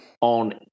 on